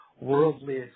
worldly